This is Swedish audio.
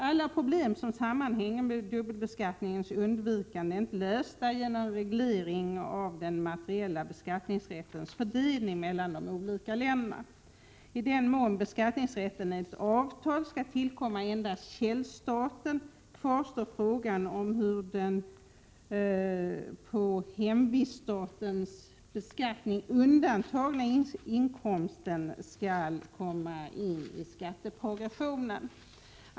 Alla de problem som sammanhänger med att man försöker undvika dubbelbeskattning kan inte lösas endast genom reglering av den materiella beskattningsrättens fördelning mellan de olika länderna. I den mån beskattningsrätten enligt avtal skall tillkomma endast källstaten, kvarstår frågan om hur den inkomst som undantagits från beskattning i hemviststaten skall påverka skatteprogressionen.